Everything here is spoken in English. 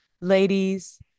ladies